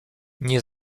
nie